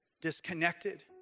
disconnected